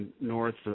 north